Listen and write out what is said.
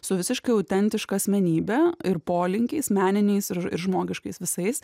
su visiškai autentiška asmenybe ir polinkiais meniniais ir ir žmogiškais visais